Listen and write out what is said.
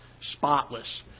spotless